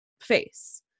face